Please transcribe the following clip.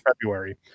february